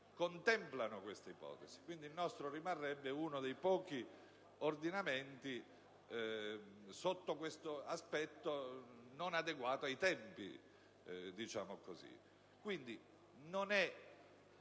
contemplano queste ipotesi. Quindi, il nostro rimarrebbe uno dei pochi ordinamenti sotto questo aspetto non adeguati ai tempi